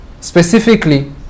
specifically